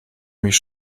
mich